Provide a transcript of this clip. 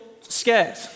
scared